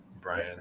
Brian